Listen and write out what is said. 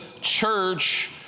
church